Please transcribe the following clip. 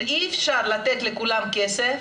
אי אפשר לתת לכולם כסף,